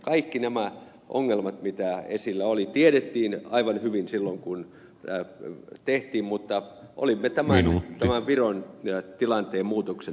kaikki nämä ongelmat mitä esillä oli tiedettiin aivan hyvin silloin kun tehtiin mutta olimme tämän viron tilanteen muutoksen vankeja